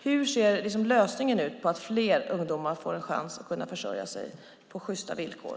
Hur ser Socialdemokraternas lösning ut för att fler ungdomar ska få en chans att försörja sig på sjysta villkor?